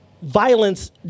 Violence